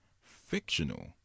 fictional